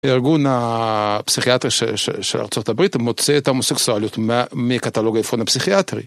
ארגון הפסיכיאטריה של ארה״ב מוציא את ההומוסקסואליות מקטלוג האבחון הפסיכיאטרי